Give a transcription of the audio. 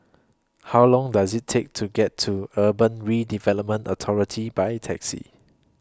How Long Does IT Take to get to Urban Redevelopment Authority By Taxi